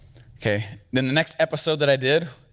okay, then the next episode that i did